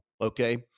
okay